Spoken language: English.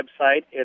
website